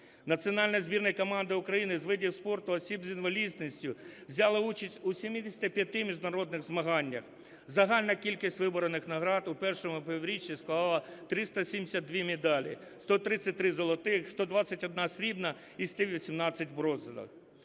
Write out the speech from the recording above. Національна збірна і команда України з видів спорту осіб з інвалідністю взяла участь у 75 міжнародних змаганнях. Загальна кількість виборених нагород в першому півріччі склала 372 медалі: 133 золотих, 121 срібна і 118 бронзових.